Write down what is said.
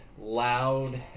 loud